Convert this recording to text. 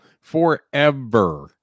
Forever